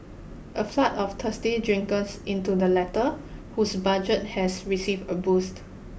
a flood of thirsty drinkers into the latter whose budget has received a boost